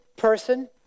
person